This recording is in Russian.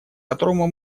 которому